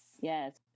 yes